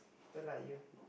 don't like you